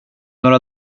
några